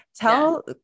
Tell